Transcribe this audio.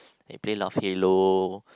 play a lot of Halo